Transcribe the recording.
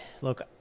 look